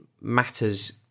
matters